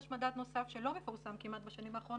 ויש מדד נוסף שלא מפורסם כמעט בשנים האחרונות,